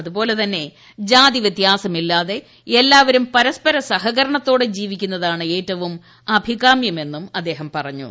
അതുപോലെ തന്നെ ജാതി വൃത്യാസമില്ലാതെ എല്ലാപ്പർും പരസ്പര സഹകരണത്തോടെ ജീവിക്കുന്നതാണ് ഏറ്റവും അഭികാമ്യമെന്നും അദ്ദേഹം പറഞ്ഞു